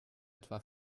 etwa